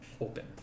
open